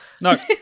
No